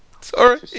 sorry